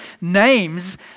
names